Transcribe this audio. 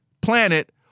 planet